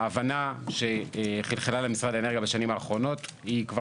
ההבנה שחלחלה למשרד האנרגיה בשנים האחרונות כבר